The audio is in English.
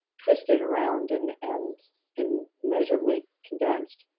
twisted around and and and measurably condensed.